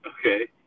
Okay